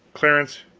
clarence,